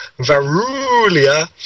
Varulia